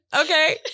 okay